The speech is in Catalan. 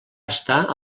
estar